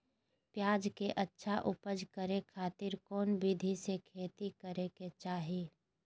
प्याज के अच्छा उपज करे खातिर कौन विधि से खेती करे के चाही?